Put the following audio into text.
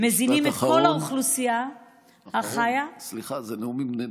כל האשפה שמוזרמת אליו מוזרמת